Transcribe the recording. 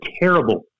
terrible